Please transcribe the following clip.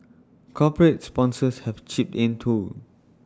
corporate sponsors have chipped in too